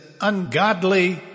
ungodly